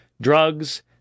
drugs